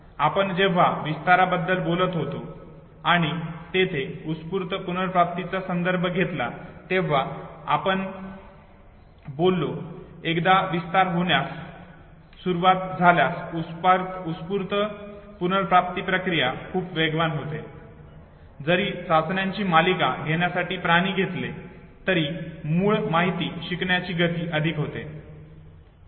आपण जेव्हा विस्ताराबद्दल बोलत होतो आणि तेथे उत्स्फूर्त पुनर्प्राप्तीचा संदर्भ घेतला तेव्हा देखील आपण बोललो कि एकदा विस्तार होण्यास सुरवात झाल्यास उत्स्फूर्त पुनर्प्राप्तीची प्रक्रिया खूप वेगवान होते जरी चाचण्यांची मालिका घेण्यासाठी प्राणी घेतले तरी मूळ माहिती शिकण्याची गती अधिक होते ठीक आहे